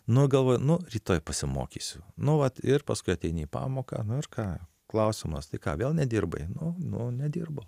nu galvoju nu rytoj pasimokysiu nu vat ir paskui ateini į pamoką nu ir ką klausimas tai ką vėl nedirbai nu nu nedirbau